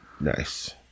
Nice